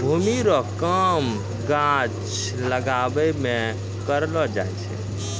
भूमि रो काम गाछ लागाबै मे करलो जाय छै